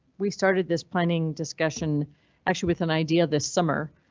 we started this planning discussion actually with an idea this summer